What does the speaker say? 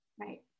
Right